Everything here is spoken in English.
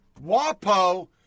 WAPO